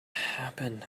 happen